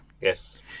Yes